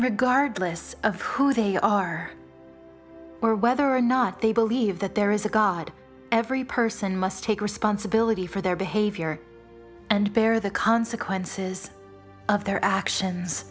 regardless of who they are or whether or not they believe that there is a god every person must take responsibility for their behavior and bear the consequences of their actions